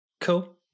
cool